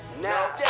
Now